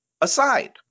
aside